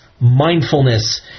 mindfulness